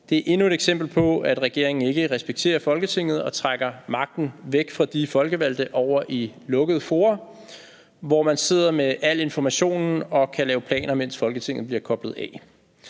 Det er endnu et eksempel på, at regeringen ikke respekterer Folketinget og trækker magten væk fra de folkevalgte over i lukkede fora, hvor man sidder med al informationen og kan lave planer, mens Folketinget bliver koblet af.